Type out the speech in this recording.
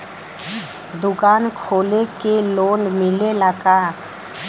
दुकान खोले के लोन मिलेला का?